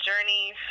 journeys